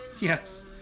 Yes